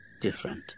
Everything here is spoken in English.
different